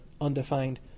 undefined